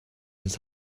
his